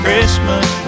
Christmas